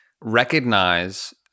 recognize